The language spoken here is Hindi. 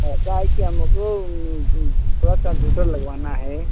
ऐसा है कि हमको थोड़ा कंप्यूटर लगवाना है